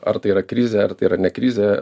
ar tai yra krizė ar tai yra ne krizė